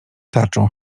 tarczą